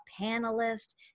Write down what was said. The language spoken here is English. panelist